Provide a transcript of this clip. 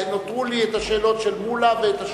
נותרו לי השאלות של חבר הכנסת מולה והשאלות,